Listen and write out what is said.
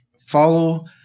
Follow